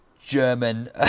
German